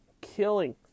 Killing